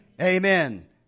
Amen